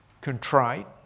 contrite